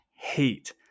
hate